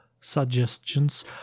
suggestions